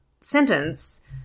sentence